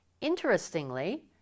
Interestingly